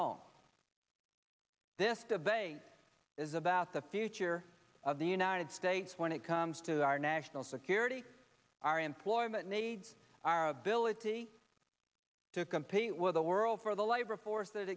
wrong this debate is about the future of the united states when it comes to our national security our employment maids our ability to compete with the world for the labor force that